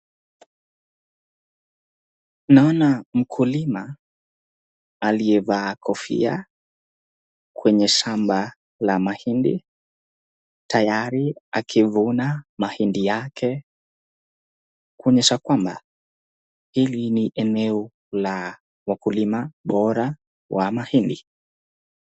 Naona mkulima aliyevaa kofia kwenye shamba la mahindi tayari akivuna mahindi yake kuonyesha kwamba hili ni eneo la ukulima bora wa mahindi.